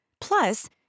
Plus